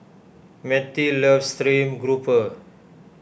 Mettie loves Stream Grouper